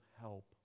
help